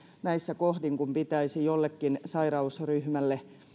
näissä kohdin kun pitäisi jotakin sairausryhmää